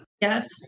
Yes